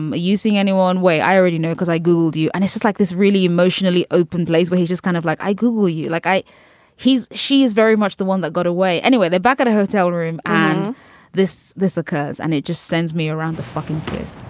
um using any one way. i already know because i googled you and it's just like this really emotionally open place where you just kind of like, i google you. like, i he's she is very much the one that got away. anyway, they're back at a hotel room. and this this occurs and it just sends me around the fucking test